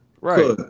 Right